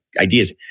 ideas